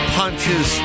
punches